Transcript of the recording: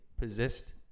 possessed